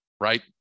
right